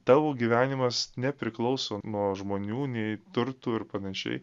tavo gyvenimas nepriklauso nuo žmonių nei turtų ir panašiai